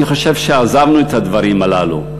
אני חושב שעזבנו את הדברים הללו.